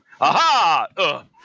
Aha